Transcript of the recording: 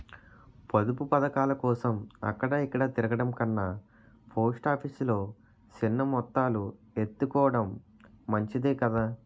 పొదుపు పదకాలకోసం అక్కడ ఇక్కడా తిరగడం కన్నా పోస్ట్ ఆఫీసు లో సిన్న మొత్తాలు ఎత్తుకోడం మంచిదే కదా